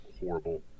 horrible